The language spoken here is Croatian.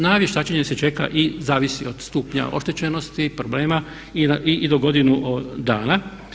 Na vještačenje se čeka i zavisi od stupnja oštećenosti, problema i do godinu dana.